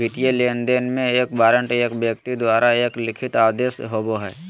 वित्तीय लेनदेन में, एक वारंट एक व्यक्ति द्वारा एक लिखित आदेश होबो हइ